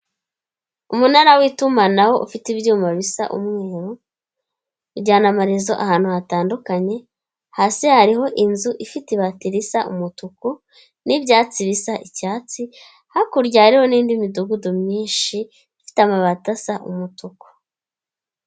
umunara w'itumanaho ufite ibyuma bisa umweru, bijyana amarezo ahantu hatandukanye, hasi hariho inzu ifite ibati risa umutuku n'ibyatsi bisa icyatsi hakurya harihoho n'indi midugudu myinshi ifite amabati asa umutuku.